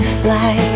fly